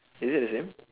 is it the same